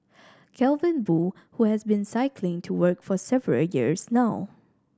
Calvin Boo who has been cycling to work for several years now